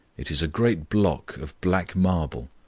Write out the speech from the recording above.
it is a great block of black marble.